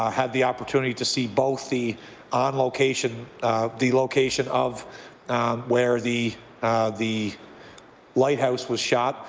ah had the opportunity to see both the on location the location of where the the lighthouse was shot.